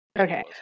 Okay